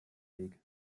weg